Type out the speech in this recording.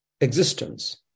existence